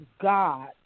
god